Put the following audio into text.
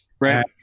right